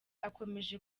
akomeje